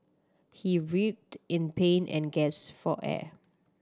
he writhed in pain and gaps for air